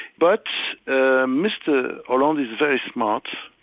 but ah mr. hollande is very smart,